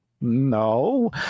No